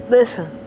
Listen